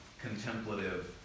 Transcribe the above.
contemplative